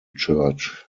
church